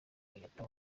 kenyatta